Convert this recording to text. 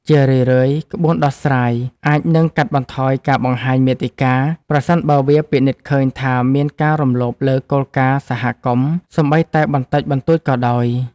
ជារឿយៗ ក្បួនដោះស្រាយអាចនឹងកាត់បន្ថយការបង្ហាញមាតិកា ប្រសិនបើវាពិនិត្យឃើញថាមានការរំលោភលើគោលការណ៍សហគមន៍ សូម្បីតែបន្តិចបន្តួចក៏ដោយ។